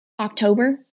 October